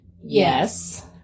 Yes